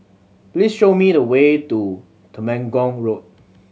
please show me the way to Temenggong Road